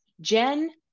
Jen